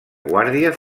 guàrdia